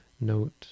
note